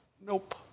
Nope